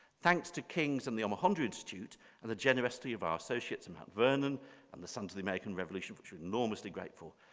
thanks to king's and the omohundro institute and the generosity of our associates at mount vernon and the sons of the american revolution which we're enormously grateful,